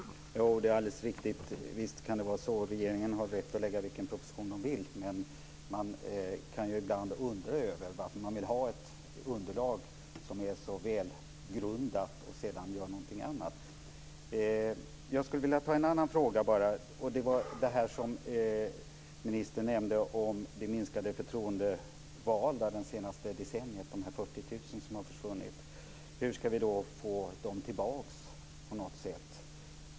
Herr talman! Det är alldeles riktigt. Visst kan det vara så. Regeringen har rätt att lägga fram vilken proposition regeringen vill. Men man kan ibland undra över varför regeringen vill ha ett underlag som är så välgrundat och sedan göra något annat. Jag skulle vilja ta en annan fråga. Det var det som ministern nämnde, om det minskade antalet förtroendevalda det senaste decenniet, de 40 000 som har försvunnit. Hur ska vi få dem tillbaka?